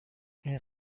این